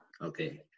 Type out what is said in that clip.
okay